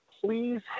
please